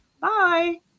Bye